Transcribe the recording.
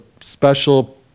special